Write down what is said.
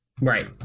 right